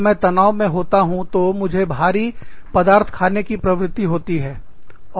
जब मैं तनाव में होता हूँ तो मुझे बहुत भारी पदार्थ खाने की प्रवृत्ति होती है